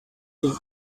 thing